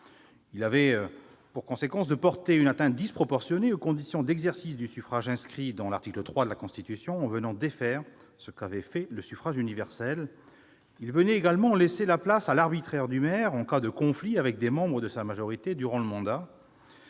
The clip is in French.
avait pour conséquence de porter une atteinte disproportionnée aux conditions d'exercice du suffrage inscrit à l'article 3 de la Constitution en défaisant ce qu'avait fait le suffrage universel. Elle laissait également place à l'arbitraire du maire en cas de conflit avec des membres de sa majorité durant le mandat.